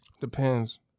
Depends